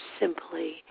simply